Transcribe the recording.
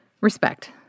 Respect